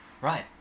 Right